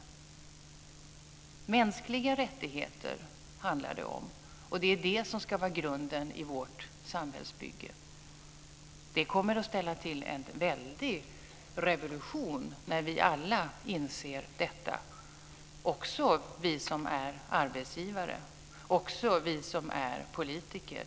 Det handlar om mänskliga rättigheter, och det är det som ska vara grunden i vårt samhällsbygge. Det kommer att ställa till en väldig revolution när vi alla inser detta, också vi som är arbetsgivare och vi som är politiker.